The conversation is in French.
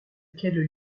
quel